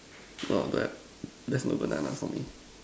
oh don't have there's no bananas for me